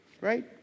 Right